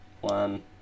one